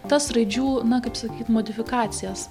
tas raidžių na kaip sakyt modifikacijas